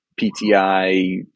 PTI